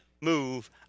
move